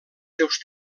seus